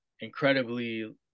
incredibly